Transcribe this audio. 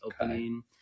opening